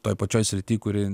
toj pačioj srity kuri